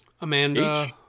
amanda